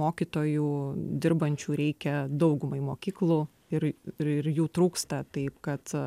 mokytojų dirbančių reikia daugumai mokyklų ir ir ir jų trūksta taip kad